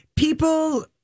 People